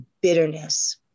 bitterness